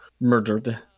murdered